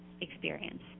experience